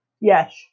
yes